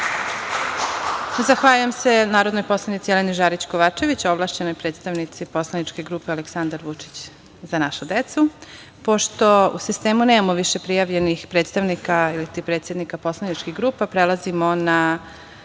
Zahvaljujem se, narodnoj poslanici Jeleni Žarić Kovačević, ovlašćenoj predstavnici poslaničke grupe Aleksandar Vučić – Za našu decu. Pošto u sistemu nemamo više prijavljenih predstavnika ili ti predsednika poslaničkih grupa, prelazimo na